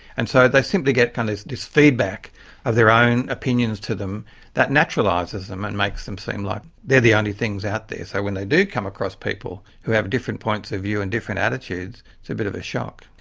and so they simply get kind of this feedback of their own opinions to them that naturalises them and makes them seem like they're the only things out there. so when they do come across people who have different points of view and different attitudes, it's a bit of a shock.